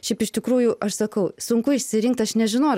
šiaip iš tikrųjų aš sakau sunku išsirinkt aš nežinau ar